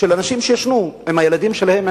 אנשים שישנו עם הילדים שלהם,